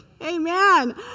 Amen